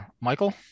Michael